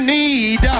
need